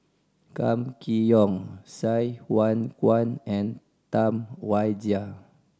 Kam Kee Yong Sai Hua Kuan and Tam Wai Jia